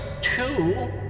two